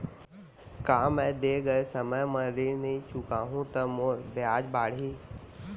का मैं दे गए समय म ऋण नई चुकाहूँ त मोर ब्याज बाड़ही?